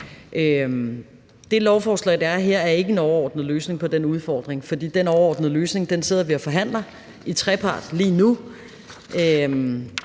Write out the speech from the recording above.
Det lovforslag, der er her, er ikke en overordnet løsning på den udfordring, for den overordnede løsning sidder vi og forhandler om i